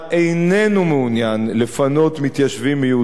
מעוניין לפנות מתיישבים מיהודה ושומרון,